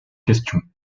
question